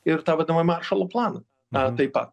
ir tą vadinamą maršalo planą taip pat